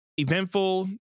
eventful